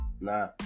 Nah